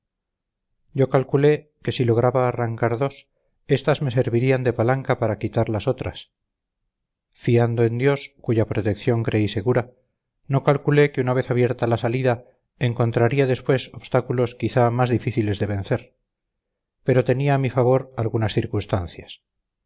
yo calculé que si lograba arrancar dos estas me servirían de palanca para quitar las otras fiando en dios cuya protección creí segura no calculé que una vez abierta la salida encontraría después obstáculos quizás más difíciles de vencer tenía a mi favor algunas circunstancias